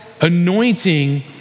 anointing